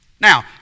Now